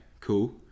cool